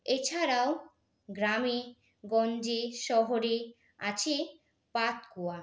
এছাড়াও গ্রামে গঞ্জে শহরে আছে পাতকুয়া